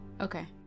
Okay